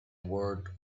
word